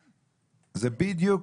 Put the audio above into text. נזקקים.